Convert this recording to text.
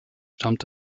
stammt